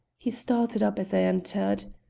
he started up as i entered.